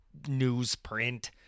newsprint